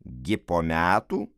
gi po metų